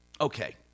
Okay